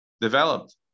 developed